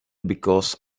because